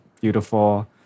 beautiful